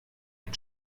ein